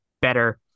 better